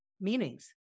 meanings